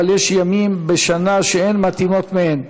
אבל יש ימים בשנה שאין מתאימות מהן.